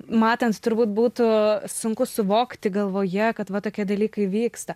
matant turbūt būtų sunku suvokti galvoje kad va tokie dalykai vyksta